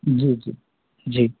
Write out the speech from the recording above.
जी जी जी